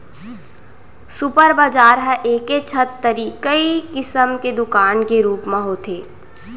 super बजार ह एके छत तरी कई किसम के दुकान के रूप म होथे